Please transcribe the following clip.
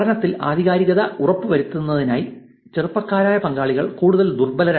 പഠനത്തിൽ ആധികാരികത ഉറപ്പുവരുത്തുന്നതിനായി ചെറുപ്പക്കാരായ പങ്കാളികൾ കൂടുതൽ ദുർബലരാണ്